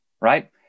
right